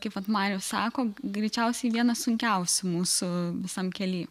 kaip vat marius sako greičiausiai vienas sunkiausių mūsų visam kely